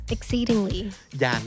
Exceedingly